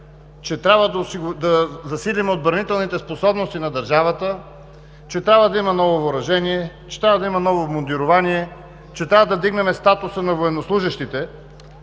че трябва да засилим отбранителните способности на държавата, че трябва да има ново въоръжение, че трябва да има ново мундирование, че трябва да вдигнем статуса на военнослужещите.